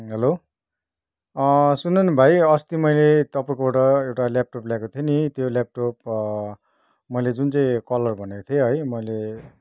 hello सुन न भाइ अस्ती मैले तपाईँकोबाट एउटा ल्यापटप ल्याएको थिएँ नि त्यो ल्यापटप मैले जुन चाहिँ कलर भनेको थिएँ है मैले